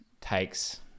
takes